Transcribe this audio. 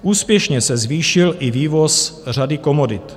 Úspěšně se zvýšil i vývoz řady komodit.